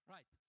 Right